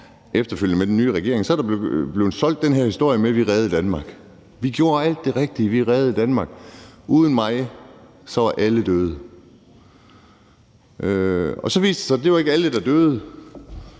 efterfølgende med den nye regering er blevet solgt den her historie med, at vi reddede Danmark: Vi gjorde alt det rigtige, vi reddede Danmark, og uden mig var alle døde. Så viser det sig, at det ikke var alle, der døde,